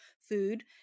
food